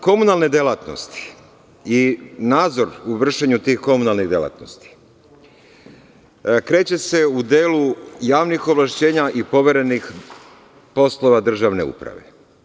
Komunalne delatnosti i nadzor u vršenju tih komunalnih delatnosti kreće se u delu javnih ovlašćenja i poverenih poslova državne uprave.